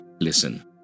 listen